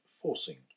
forcing